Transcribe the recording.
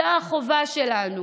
זו החובה שלנו.